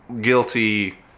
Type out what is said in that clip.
guilty